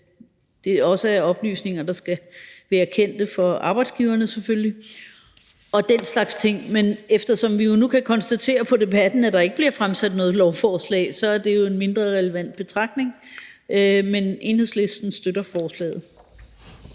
også er oplysninger, der skal være kendte for arbejdsgiverne og den slags ting. Men eftersom vi jo nu kan konstatere på debatten, at der ikke bliver fremsat noget lovforslag, så er det jo en mindre relevant betragtning. Men Enhedslisten støtter forslaget.